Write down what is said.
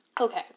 Okay